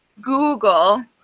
Google